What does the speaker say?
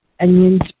onions